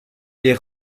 les